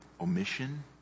omission